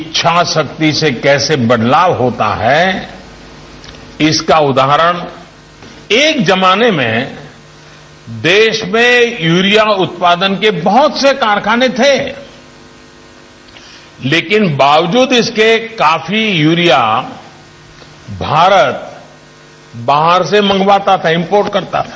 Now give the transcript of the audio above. इच्छाशक्ति से कैसे बदलाव होता है इसका उदाहरण एक जमाने में देश मे यूरिया उत्पादन के बहुत से कारखाने थे लेकिन बावजूद इसके बाकी यूरिया भारत बाहर से मंगवाता था